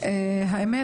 באמת,